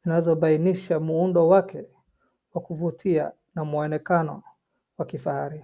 zinazobanisha muundo wake wake wa kuvutia na mwonekano wa kifahari.